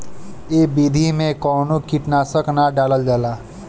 ए विधि में कवनो कीट नाशक ना डालल जाला